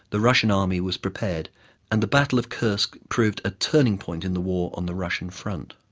the russian army was prepared and the battle of kursk proved a turning point in the war on the russian front.